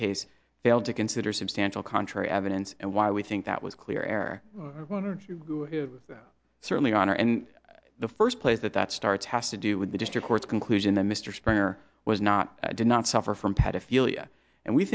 case failed to consider substantial contrary evidence and why we think that was clear air certainly honor and the first place that that starts has to do with the district court's conclusion that mr springer was not did not suffer from pedophilia and we